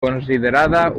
considerada